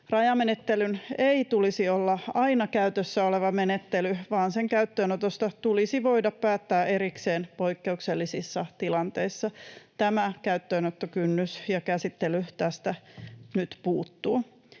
Rajamenettelyn ei tulisi olla aina käytössä oleva menettely, vaan sen käyttöönotosta tulisi voida päättää erikseen poikkeuksellisissa tilanteissa. Tämä käyttöönottokynnys ja käsittely tästä nyt puuttuvat.